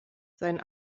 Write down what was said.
sein